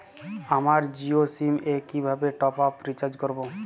আমার জিও সিম এ কিভাবে টপ আপ রিচার্জ করবো?